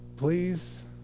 please